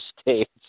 state's